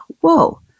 whoa